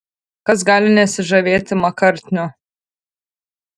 kas gali nesižavėti makartniu